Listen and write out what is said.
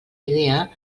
idea